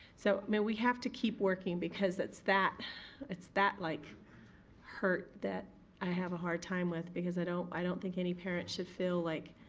so i mean we have to keep working because it's that it's that like hurt that i have a hard time with because i don't i don't think any parent should feel like